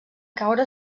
caure